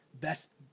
best